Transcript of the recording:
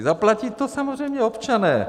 Zaplatí to samozřejmě občané!